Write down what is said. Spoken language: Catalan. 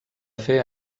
fer